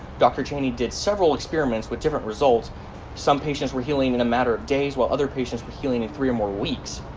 dr. cheney did several experiments with different results some patients were healing in a matter of days while other patients were healing in three or more weeks.